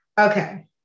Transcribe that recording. Okay